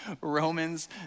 Romans